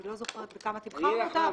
אני לא זוכרת בכמה תמחרנו אותו.